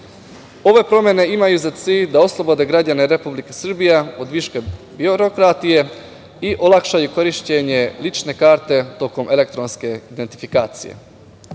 Ove promene imaju za cilj da oslobode građane Republike Srbije od viška birokratije i olakšaju korišćenje lične karte tokom elektronske identifikacije. Na